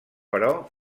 però